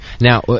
Now